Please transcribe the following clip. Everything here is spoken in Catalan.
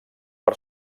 per